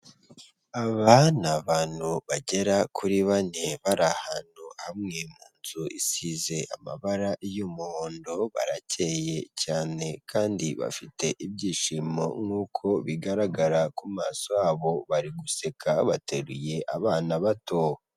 Aba ni abantu bagera kuri bane bari ahantu hamwe mu nzu isize amabara y'umuhondo, barakeye cyane kandi bafite ibyishimo nk'uko bigaragara ku maso yabo bari guseka bateruye abana bato.